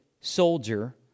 soldier